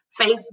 Facebook